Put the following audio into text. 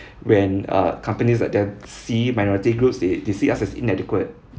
when uh companies that they see minority groups they they see us as inadequate